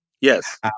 yes